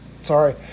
Sorry